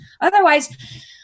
Otherwise